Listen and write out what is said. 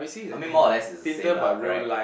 I mean more or less is the same lah correct